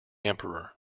emperor